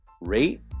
rate